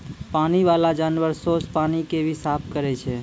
पानी बाला जानवर सोस पानी के भी साफ करै छै